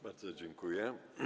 Bardzo dziękuję.